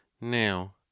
now